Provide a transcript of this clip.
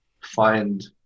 find